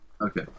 Okay